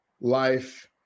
life